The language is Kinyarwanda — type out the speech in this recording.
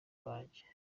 banjye